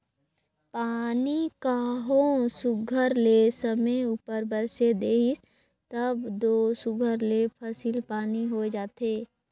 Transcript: पानी कहों सुग्घर ले समे उपर बरेस देहिस तब दो सुघर ले फसिल पानी होए जाथे